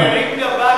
אני מרים גבה,